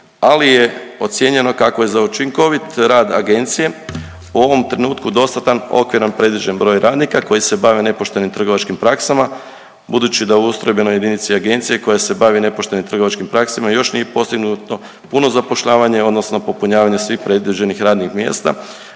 ali je ocijenjeno kako je za učinkovit rad agencije u ovom trenutku dostatan okviran predviđen broj radnika koji se bavi nepoštenim trgovačkim praksama budući da u ustrojbenoj jedinici agencije koja se bavi nepoštenim trgovačkim praksama još nije postignuto puno zapošljavanje odnosno popunjavanje svih predviđenih mjesta,